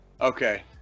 Okay